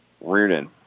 Reardon